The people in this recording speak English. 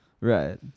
Right